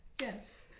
Yes